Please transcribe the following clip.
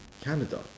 Canada